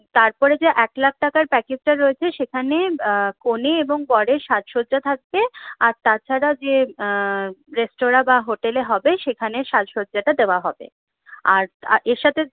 তারপরে যে এক লাখ টাকার প্যাকেজটা রয়েছে সেখানে কনে এবং বরের সাজসজ্জা থাকবে আর তাছাড়া যে রেস্তোরাঁ বা হোটেলে হবে সেখানে সাজসজ্জাটা দেওয়া হবে আর এরসাথে